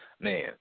Man